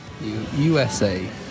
USA